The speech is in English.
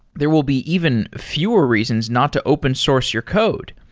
there will be even fewer reasons not to open source your code.